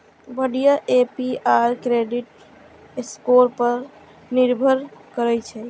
बढ़िया APR credit score पर निर्भर करै छै